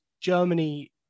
Germany